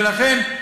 ולכן,